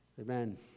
Amen